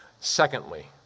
Secondly